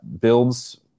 builds